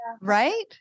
Right